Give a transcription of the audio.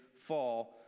fall